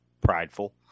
prideful